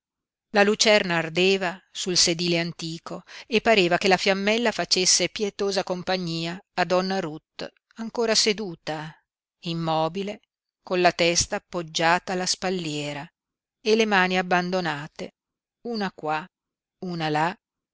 la lucerna ardeva sul sedile antico e pareva che la fiammella facesse pietosa compagnia a donna ruth ancora seduta immobile con la testa appoggiata alla spalliera e le mani abbandonate una qua una là